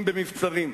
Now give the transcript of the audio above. אם במבצרים.